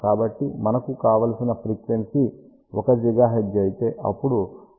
కాబట్టి మనకు కావలసిన ఫ్రీక్వెన్సీ 1 GHz అయితే అప్పుడు λ 30 సెం